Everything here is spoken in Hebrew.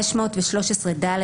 בסעיף 513ד,